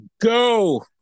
go